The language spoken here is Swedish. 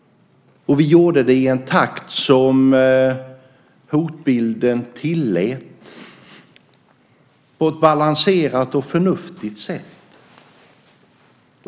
Vi gjorde det i en takt som hotbilden tillät på ett balanserat och förnuftigt sätt.